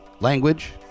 language